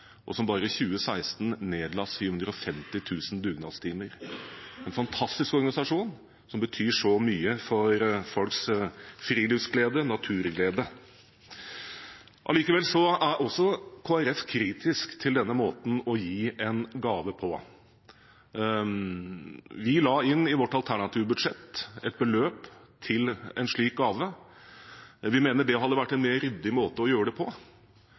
og som bare i 2016 nedla 750 000 dugnadstimer. Det er en fantastisk organisasjon, som betyr så mye for folks friluftsglede og naturglede. Likevel er også Kristelig Folkeparti kritisk til denne måten å gi en gave på. Vi la inn i vårt alternative budsjett et beløp til en slik gave. Vi mener det hadde vært en mer ryddig måte å gjøre det på.